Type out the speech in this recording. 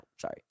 sorry